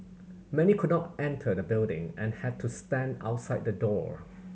many could not enter the building and had to stand outside the door